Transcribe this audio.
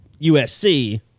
USC